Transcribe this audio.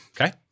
Okay